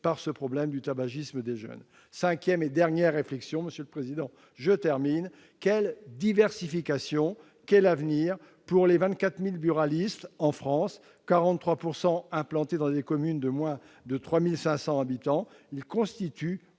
par ce problème du tabagisme des jeunes. Cinquième et dernière réflexion- monsieur le président, je termine -: quelle diversification, quel avenir pour les 24 000 buralistes en France, dont 43 % sont implantés dans des communes de moins de 3 500 habitants ? Ils constituent